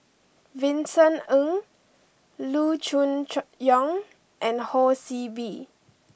Vincent Ng Loo Choon Chang Yong and Ho See Beng